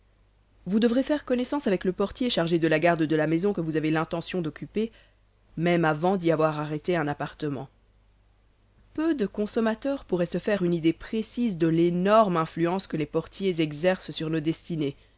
vous devrez faire connaissance avec le portier chargé de la garde de la maison que vous avez l'intention d'occuper même avant d'y avoir arrêté un appartement peu de consommateurs pourraient se faire une idée précise de l'énorme influence que les portiers exercent sur nos destinées